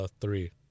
three